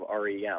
REM